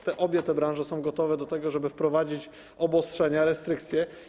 Przecież obie te branże są gotowe do tego, żeby wprowadzić obostrzenia, restrykcje.